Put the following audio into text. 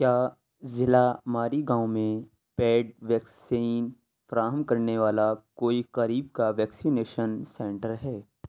کیا ضلع ماریگاؤں میں پیڈ ویکسین فراہم کرنے والا کوئی قریب کا ویکسینیشن سنٹر ہے